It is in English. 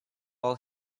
all